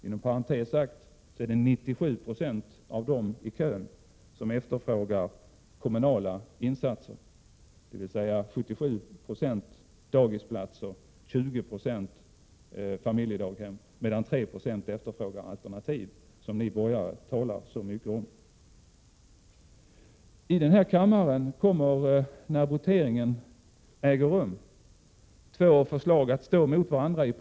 Inom parentes sagt är det 97 90 av dem som står i kön som efterfrågar kommunala insatser, dvs. 77 Je dagisplatser och 20 96 familjedaghem, medan 3 I efterfrågar alternativen, som ni borgare talar så mycket om. I den här kammaren kommer när voteringen äger rum i princip två förslag att stå emot varandra.